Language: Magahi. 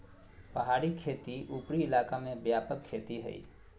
पहाड़ी खेती उपरी इलाका में व्यापक खेती हइ